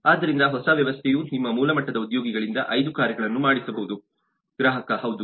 ಆದ್ದರಿಂದ ಹೊಸ ವ್ಯವಸ್ಥೆಯು ನಿಮ್ಮ ಮೂಲ ಮಟ್ಟದ ಉದ್ಯೋಗಿಗಳಿಂದ 5 ಕಾರ್ಯಗಳನ್ನು ಮಾಡಿಸಬಹುದು ಗ್ರಾಹಕ ಹೌದು